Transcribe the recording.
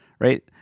Right